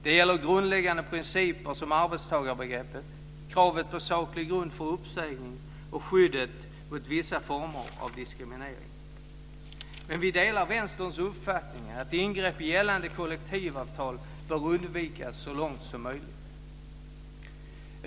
Det gäller grundläggande principer som arbetstagarbegreppet, kravet på saklig grund för uppsägning och skyddet mot vissa former av diskriminering. Men vi delar vänsterns uppfattning att ingrepp i gällande kollektivavtal bör undvikas så långt som möjligt.